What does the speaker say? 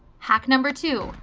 hack number two,